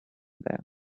there